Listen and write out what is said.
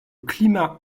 climat